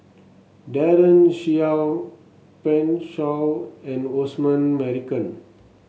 Daren Shiau Pan Shou and Osman Merican